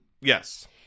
Yes